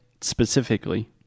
specifically